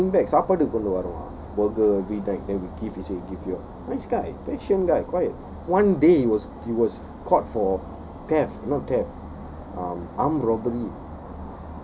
always will bring back supper சாப்பாடு:saappaadu burger every night then will give he say give you all nice guy patient guy quiet one day he was he was caught for theft not theft um armed robbery